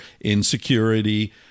Insecurity